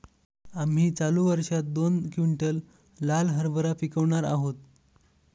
आम्ही चालू वर्षात दोन क्विंटल लाल हरभरा पिकावणार आहोत